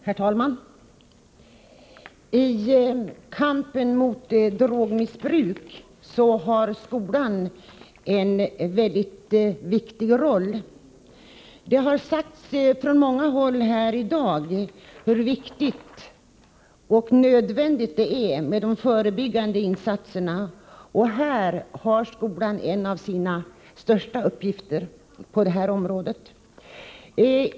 Herr talman! I kampen mot drogmissbruk har skolan en mycket viktig roll. Det har från många håll här i dag talats om hur viktigt och nödvändigt det är med de förebyggande insatserna, och skolan har en av sina största uppgifter på detta område.